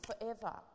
forever